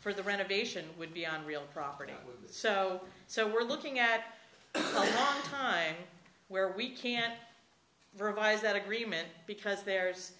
for the renovation would be on real property so so we're looking at a time where we can revise that agreement because there's